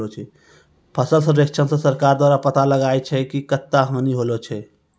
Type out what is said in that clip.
फसल सर्वेक्षण से सरकार द्वारा पाता लगाय छै कि कत्ता हानि होलो छै